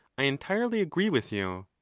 i entirely agree with you.